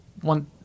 one